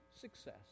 success